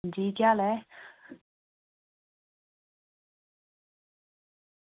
अंजी केह् हाल ऐ